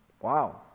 Wow